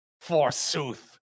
Forsooth